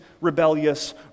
rebellious